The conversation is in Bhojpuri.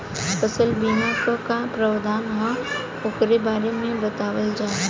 फसल बीमा क का प्रावधान हैं वोकरे बारे में बतावल जा?